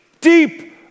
Deep